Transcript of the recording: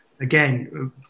Again